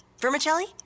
Vermicelli